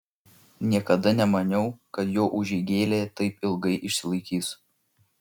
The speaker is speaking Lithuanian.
niekada nemaniau kad jo užeigėlė taip ilgai išsilaikys